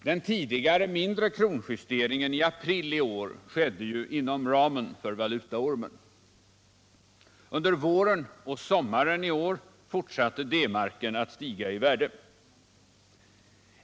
Den tidigare mindre kronkursjusteringen i april i år skedde ju inom ramen för valutaormen. Under våren och sommaren i år fortsatte D marken att stiga i värde.